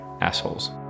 assholes